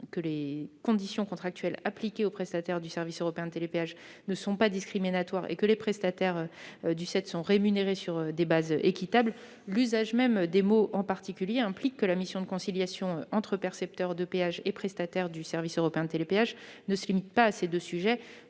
que les conditions contractuelles appliquées aux prestataires du service européen de télépéage ne sont pas discriminatoires et que ses prestataires sont rémunérés sur des bases équitables. Toutefois, l'usage même des mots « en particulier » implique que la mission de conciliation entre percepteurs de péage et prestataires du service européen de télépéage ne se limite pas à ces deux sujets